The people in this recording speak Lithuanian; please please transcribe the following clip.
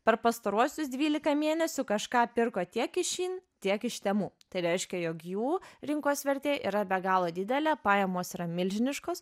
per pastaruosius dvylika mėnesių kažką pirko tiek iš šyn tiek iš temu tai reiškia jog jų rinkos vertė yra be galo didelė pajamos yra milžiniškos